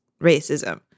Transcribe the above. racism